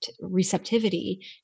receptivity